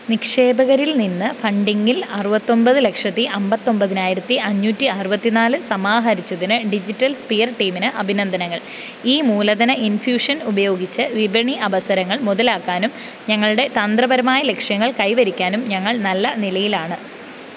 നിക്ഷേപകരിൽ നിന്ന് ഫണ്ടിംഗിൽ അറുപത്തി ഒമ്പത് ലക്ഷത്തി അമ്പത്തി ഒമ്പതിനായിരത്തി അഞ്ഞൂറ്റി അറുപത്തി നാല് സമാഹരിച്ചതിന് ഡിജിറ്റൽ സ്ഫിയർ ടീമിന് അഭിനന്ദനങ്ങൾ ഈ മൂലധന ഇൻഫ്യൂഷൻ ഉപയോഗിച്ചു വിപണി അവസരങ്ങൾ മുതലാക്കാനും ഞങ്ങളുടെ തന്ത്രപരമായ ലക്ഷ്യങ്ങൾ കൈവരിക്കാനും ഞങ്ങൾ നല്ല നിലയിലാണ്